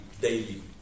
daily